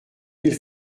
mille